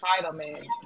entitlement